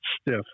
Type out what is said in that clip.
stiff